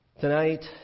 Tonight